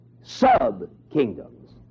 sub-kingdoms